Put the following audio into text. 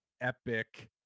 Epic